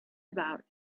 about